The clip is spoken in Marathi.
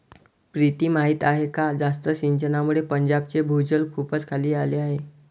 प्रीती माहीत आहे का जास्त सिंचनामुळे पंजाबचे भूजल खूपच खाली आले आहे